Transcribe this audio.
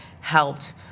helped